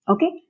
Okay